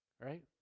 Right